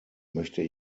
möchte